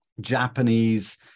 japanese